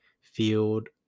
field